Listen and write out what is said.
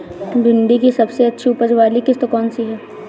भिंडी की सबसे अच्छी उपज वाली किश्त कौन सी है?